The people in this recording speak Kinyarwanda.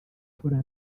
mfura